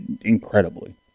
Incredibly